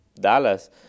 Dallas